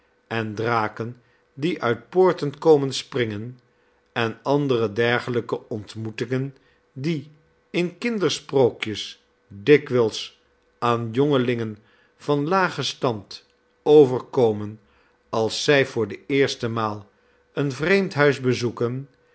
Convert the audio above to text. en draken die uit poorten komen springen en andere dergelijke ontmoetingen die in kindersprookjes dikwijls aan jongelingen van lagen rang overt omen als zij voor de eerste maal een vreemd